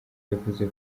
yavuze